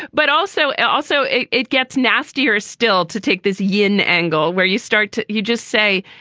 but also also it it gets nastier. still to take this yian angle where you start to you just say,